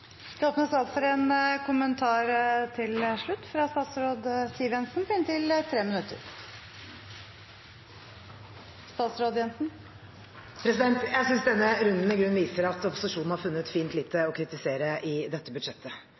Det åpnes opp for en kommentar til slutt fra statsråd Siv Jensen på inntil 3 minutter. Jeg synes denne runden i grunnen viser at opposisjonen har funnet fint lite å kritisere i dette budsjettet.